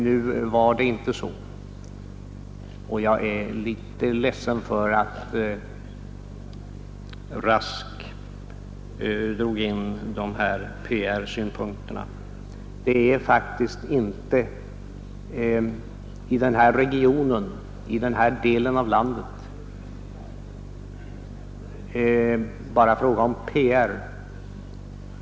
Nu var det inte så, och jag är litet ledsen för att herr Rask drog in de här PR-synpunkterna. Det är faktiskt i den här regionen, i den här delen av landet, inte bara fråga om PR.